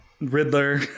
Riddler